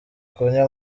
kunywa